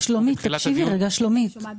בתחילת הדיון,